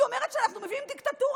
היא אומרת שאנחנו מביאים דיקטטורה,